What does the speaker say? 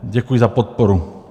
Děkuji za podporu.